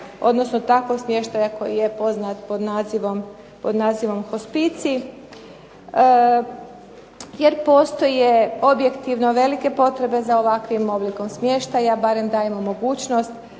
odnosno takvog smještaja koji je poznat pod nazivom hospicij. Jer postoje objektivno velike potrebe za ovakvim oblikom smještaja. Barem dajemo mogućnost.